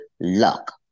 luck